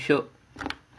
game show